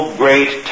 great